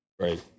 right